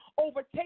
overtake